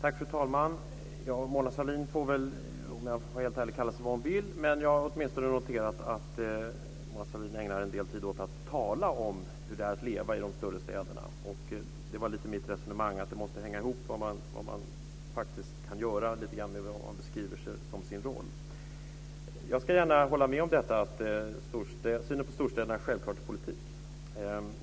Fru talman! Mona Sahlin får väl, om jag får vara helt ärlig, kalla sig för vad hon vill. Men jag har åtminstone noterat att Mona Sahlin ägnar en del tid åt att tala om hur det är att leva i de större städerna. Det var lite mitt resonemang. Det man faktiskt kan göra måste hänga ihop lite grann med vad man beskriver som sin roll. Jag ska gärna hålla med om att synen på storstäderna självklart är politik.